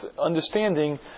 understanding